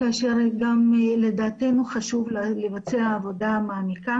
כאשר לדעתנו חשוב לבצע עבודה מעמיקה,